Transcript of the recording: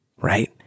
right